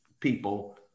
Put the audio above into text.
people